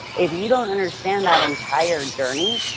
if you don't understand that entire journey,